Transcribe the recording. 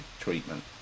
treatment